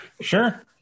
sure